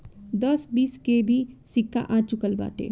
दस बीस के भी सिक्का आ चूकल बाटे